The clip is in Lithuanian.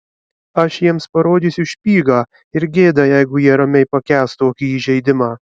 aš jiems parodysiu špygą ir gėda jeigu jie ramiai pakęs tokį įžeidimą